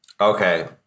Okay